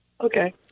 Okay